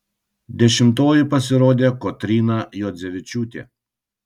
dešimtoji pasirodė kotryna juodzevičiūtė